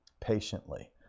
Patiently